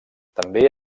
també